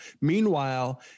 Meanwhile